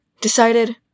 decided